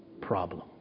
problem